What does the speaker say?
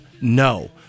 No